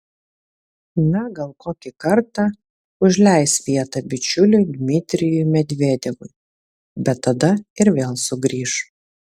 na gal kokį kartą užleis vietą bičiuliui dmitrijui medvedevui bet tada ir vėl sugrįš